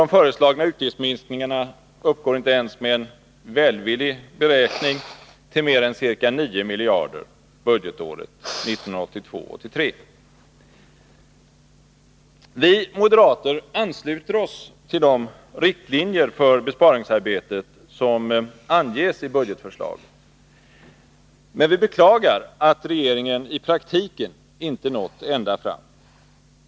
De föreslagna utgiftsminskningarna uppgår inte ens med en välvillig beräkning till mer än ca 9 miljarder budgetåret 1982/83. Vi moderater ansluter oss till de riktlinjer för besparingsarbetet som anges i budgetförslaget. Men vi beklagar att regeringen i praktiken inte nått ända fram.